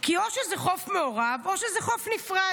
כי או שזה חוף מעורב או שזה חוף נפרד,